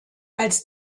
als